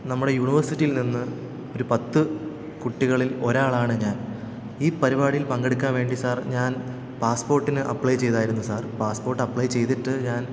നമ്മുടെ യൂണിവേഴ്സിറ്റിയിൽ നിന്ന് ഒരു പത്ത് കുട്ടികളിൽ ഒരാളാണ് ഞാൻ ഈ പരിപാടിയിൽ പങ്കെടുക്കാൻ വേണ്ടി സാർ ഞാൻ പാസ്പോട്ടിന് അപ്പ്ളെ ചെയ്തായിരുന്നു സാർ പാസ്പോട്ട് അപ്പ്ളൈ ചെയ്തിട്ട് ഞാൻ